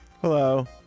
Hello